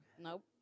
Nope